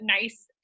nice